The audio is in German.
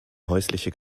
häusliche